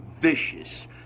vicious